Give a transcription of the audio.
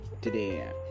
today